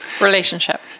relationship